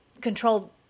control